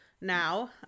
now